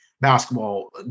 basketball